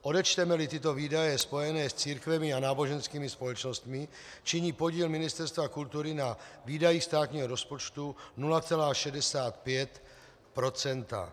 Odečtemeli tyto výdaje spojené s církvemi a náboženskými společnostmi, činí podíl Ministerstva kultury na výdajích státního rozpočtu 0,65 %.